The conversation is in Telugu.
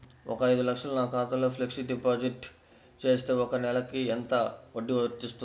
ఒక ఐదు లక్షలు నా ఖాతాలో ఫ్లెక్సీ డిపాజిట్ చేస్తే ఒక నెలకి ఎంత వడ్డీ వర్తిస్తుంది?